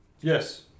Yes